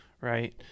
right